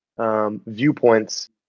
Viewpoints